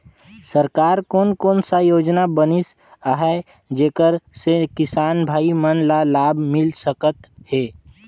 सरकार कोन कोन सा योजना बनिस आहाय जेकर से किसान भाई मन ला लाभ मिल सकथ हे?